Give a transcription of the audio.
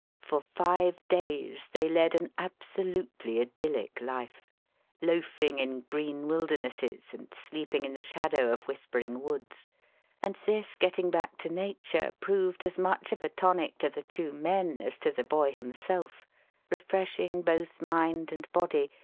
for five days they led an absolutely idyllic life loafing in green wildernesses and sleeping in the shadow of whispering woods and this getting back to nature proved as much of a tonic to the two men as to the boy himself refreshing both mind and body,